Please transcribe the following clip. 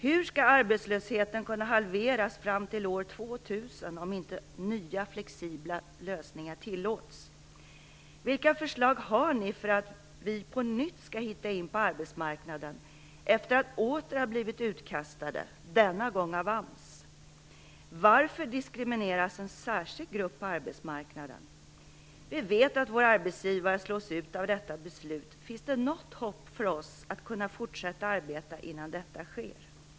Hur skall arbetslösheten kunna halveras fram till år 2000 om inte nya, flexibla lösningar tillåts? Vilka förslag har ni för att vi på nytt skall hitta in på arbetsmarknaden, efter att åter ha blivit utkastade, denna gång av AMS? Varför diskrimineras en särskild grupp på arbetsmarknaden? Vi vet att vår arbetsgivare slås ut i och med detta beslut. Finns det något hopp för oss att kunna fortsätta arbeta innan detta sker?